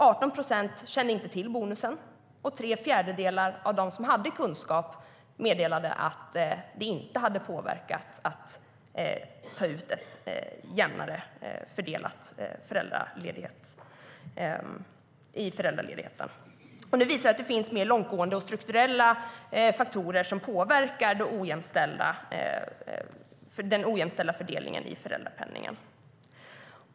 18 procent kände inte till bonusen, och tre fjärdedelar av dem som hade kunskap meddelade att jämställdhetsbonusen inte hade påverkat dem att göra en jämnare fördelning av föräldraledigheten. Nu visar det sig att det finns mer långtgående och strukturella faktorer som påverkar den ojämställda fördelningen i fråga om föräldrapenningen.